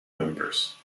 members